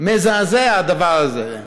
מזעזע הדבר הזה.